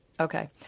Okay